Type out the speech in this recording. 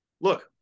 look